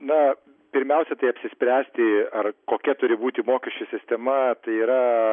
na pirmiausia tai apsispręsti ar kokia turi būti mokesčių sistema tai yra